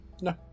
no